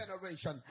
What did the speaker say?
generation